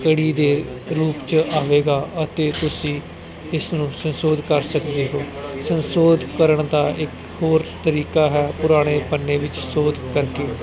ਕੜੀ ਦੇ ਰੂਪ 'ਚ ਆਵੇਗਾ ਅਤੇ ਤੁਸੀਂ ਇਸ ਨੂੰ ਸੰਸੋਧ ਕਰ ਸਕਦੇ ਹੋ ਸੰਸੋਧ ਕਰਨ ਦਾ ਇੱਕ ਹੋਰ ਤਰੀਕਾ ਹੈ ਪੁਰਾਣੇ ਪੰਨੇ ਵਿੱਚ ਸੋਧ ਕਰਕੇ